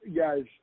guys